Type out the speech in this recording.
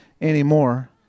anymore